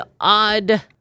odd